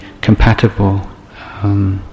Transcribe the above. compatible